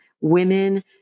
women